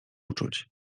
uczuć